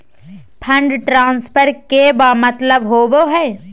Fund transfer के का मतलब होव हई?